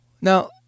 Now